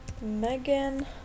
Megan